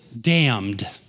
damned